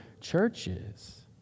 churches